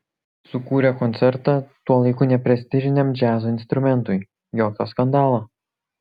sukūrė koncertą tuo laiku neprestižiniam džiazo instrumentui jokio skandalo